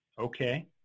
Okay